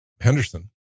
Henderson